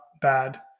bad